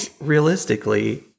realistically